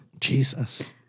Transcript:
Jesus